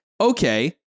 Okay